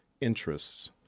interests